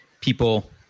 people